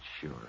sure